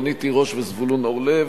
רונית תירוש וזבולון אורלב,